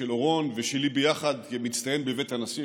של אורון ושלי ביחד כמצטיין בבית הנשיא.